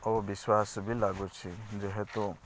ଓ ବିଶ୍ୱାସ ବି ଲାଗୁଛି ଯେହେତୁ